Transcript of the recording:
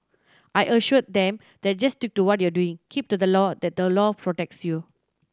I assured them that just stick to what you are doing keep to the law the law protects you